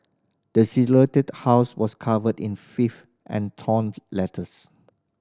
the house was covered in filth and torn letters